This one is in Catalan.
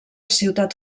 ciutat